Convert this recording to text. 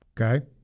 okay